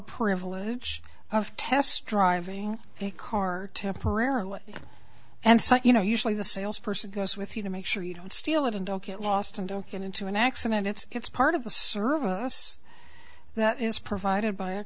privilege of test driving a car temporarily and so you know usually the sales person goes with you to make sure you don't steal it and don't get lost and don't get into an accident it's part of the service that is provided by a